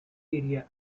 area